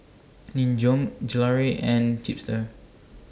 Nin Jiom Gelare and Chipster